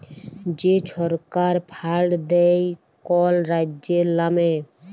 যে ছরকার ফাল্ড দেয় কল রাজ্যের লামে